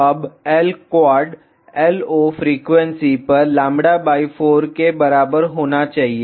अब L quad LO frequency पर λ 4 के बराबर होना चाहिए